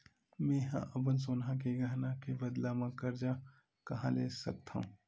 मेंहा अपन सोनहा के गहना के बदला मा कर्जा कहाँ ले सकथव?